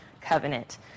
covenant